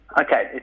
Okay